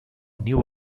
new